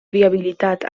viabilitat